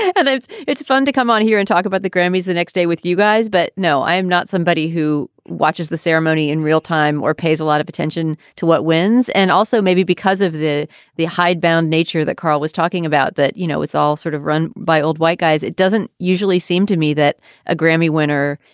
it's it's fun to come on here and talk about the grammys the next day with you guys but no, i am not somebody who watches the ceremony in real time or pays a lot of attention to what wins. and also maybe because of the the hidebound nature that carl was talking about, that, you know, it's all sort of run by old white guys. it doesn't usually seem to me that a grammy winner,